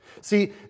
See